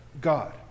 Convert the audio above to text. God